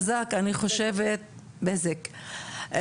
חברת הכנסת בזק,